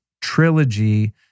trilogy